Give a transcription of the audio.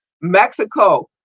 Mexico